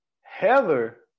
Heather